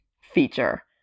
feature